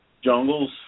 jungles